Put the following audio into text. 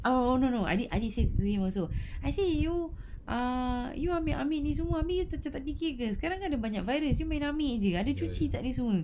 oh oh no no I did I did say to him also I say you err you ambil-ambil ni semua habis tu you tak fikir ke sekarang kan ada banyak virus you ambil jer ada cuci tak ini semua